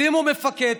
שימו מפקד,